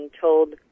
told